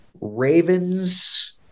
Ravens